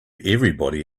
everybody